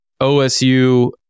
OSU